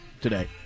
today